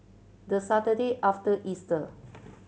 the Saturday after Easter